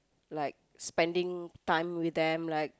like spending time with them like